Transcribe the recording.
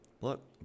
look